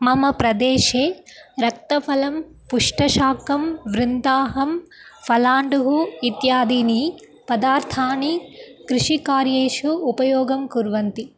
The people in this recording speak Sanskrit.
मम प्रदेशे रक्तफलं पुष्टशाकं वृन्ताकं पलाण्डुः इत्यादीनि पदार्थाणि कृषिकार्येषु उपयोगं कुर्वन्ति